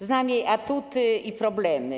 Znam jej atuty i problemy.